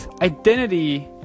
identity